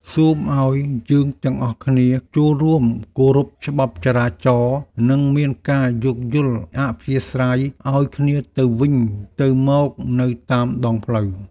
សូមឱ្យយើងទាំងអស់គ្នាចូលរួមគោរពច្បាប់ចរាចរណ៍និងមានការយោគយល់អធ្យាស្រ័យឱ្យគ្នាទៅវិញទៅមកនៅតាមដងផ្លូវ។